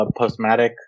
Postmatic